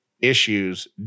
Issues